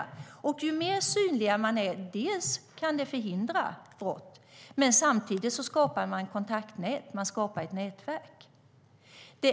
Genom att vara mer synliga kan de dels förhindra brott, dels skapa kontaktnät och nätverk.